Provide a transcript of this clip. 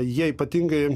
jie ypatingai